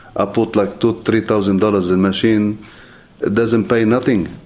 ah put like two, three thousand dollars in machine, it doesn't pay nothing.